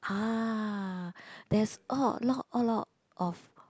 ah there is a lot a lot of